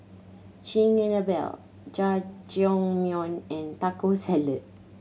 Chigenabe Jajangmyeon and Taco Salad